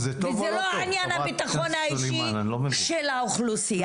זה לא עניין הביטחון האישי של האוכלוסייה.